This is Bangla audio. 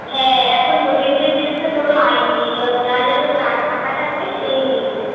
হ্যাঁ এখন দরিদ্রের বিরুদ্ধে কোনো আইন নেই যত যার যত টা টাকা থাকবে সেই জিতবে